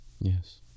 Yes